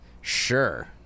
Sure